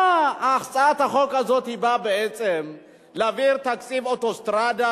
הצעת החוק הזו באה בעצם להעביר תקציב אוטוסטרדה